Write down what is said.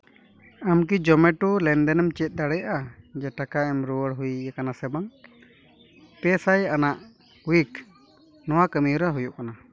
ᱟᱢ ᱠᱤ ᱡᱚᱢᱮᱴᱳ ᱞᱮᱱᱫᱮᱱᱢ ᱪᱮᱫ ᱫᱟᱲᱮᱭᱟᱜᱼᱟ ᱡᱮ ᱴᱟᱠᱟ ᱮᱢ ᱨᱩᱭᱟᱹᱲ ᱦᱩᱭᱟᱠᱟᱱᱟ ᱥᱮ ᱵᱟᱝ ᱯᱮ ᱥᱟᱭ ᱟᱱᱟᱜ ᱩᱭᱤᱠ ᱱᱚᱣᱟ ᱠᱟᱹᱢᱤ ᱦᱚᱨᱟ ᱦᱩᱭᱩᱜ ᱠᱟᱱᱟ